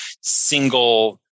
single